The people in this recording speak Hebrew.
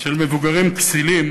של מבוגרים כסילים,